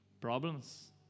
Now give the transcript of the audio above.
Problems